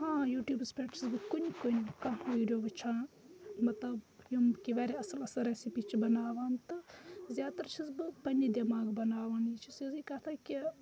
ہاں یوٹیوبَس پٮ۪ٹھ چھس بہٕ کُنہ کُنہ کانٛہہ ویڈیو وُچھان مَطلَب یِم کہِ وَارِیاہ اَصٕل اَصٕل ریٚسپی چھ بَناوان تہٕ زیادٕ تَر چھس بہٕ پَننے دِماگہٕ بَناوان یہِ چھ سیٚودٕے کَتھا کہِ